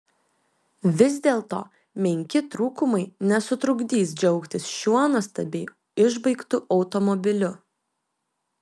vis dėlto menki trūkumai nesutrukdys džiaugtis šiuo nuostabiai išbaigtu automobiliu